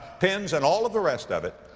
pins and all of the rest of it,